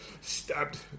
stabbed